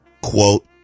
Quote